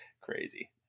crazy